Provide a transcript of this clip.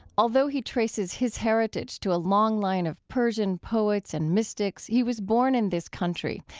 although he traces his heritage to a long line of persian poets and mystics, he was born in this country,